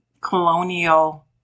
colonial